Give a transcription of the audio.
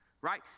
right